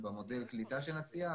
במודל הקליטה שנציע,